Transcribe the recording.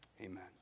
Amen